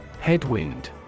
Headwind